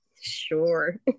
sure